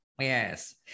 Yes